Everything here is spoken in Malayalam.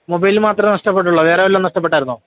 മൊബൈല് മാത്രമേ നഷ്ടപ്പെട്ടുള്ളോ വേറെ വല്ലോം നഷ്ടപ്പെട്ടായിരുന്നോ